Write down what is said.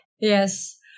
Yes